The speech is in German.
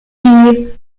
die